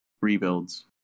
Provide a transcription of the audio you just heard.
rebuilds